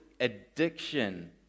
addiction